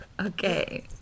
Okay